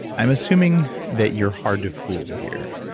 i'm assuming that you're hard to fool here.